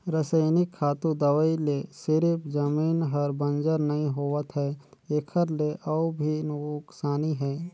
रसइनिक खातू, दवई ले सिरिफ जमीन हर बंजर नइ होवत है एखर ले अउ भी नुकसानी हे